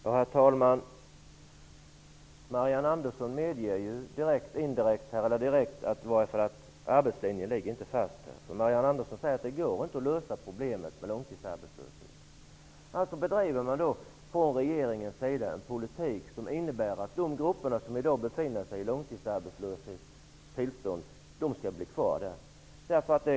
Herr talman! Marianne Andersson medger direkt att arbetslinjen inte ligger fast. Marianne Andersson säger att det inte går att lösa problemet med långtidsarbetslösheten. Alltså bedriver regeringen en politik som innebär att de grupper som i dag drabbats av långtidsarbetslöshet skall bli kvar i den.